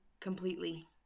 completely